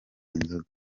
inzoga